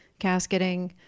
casketing